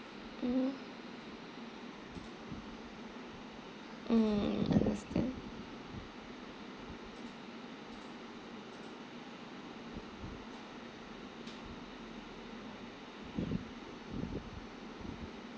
mm mm understand